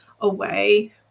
away